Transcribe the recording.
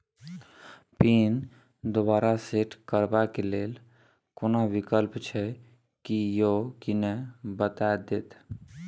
Pin दोबारा set करबा के लेल कोनो विकल्प छै की यो कनी बता देत?